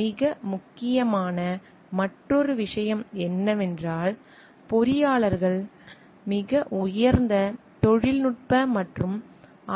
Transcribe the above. மிக முக்கியமான மற்றொரு விஷயம் என்னவென்றால் பொறியாளர்கள் மிக உயர்ந்த தொழில்நுட்ப மற்றும்